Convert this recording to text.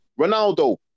Ronaldo